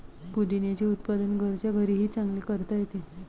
पुदिन्याचे उत्पादन घरच्या घरीही चांगले करता येते